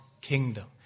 kingdom